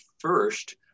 first